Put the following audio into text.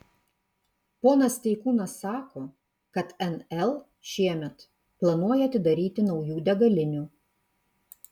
ponas steikūnas sako kad nl šiemet planuoja atidaryti naujų degalinių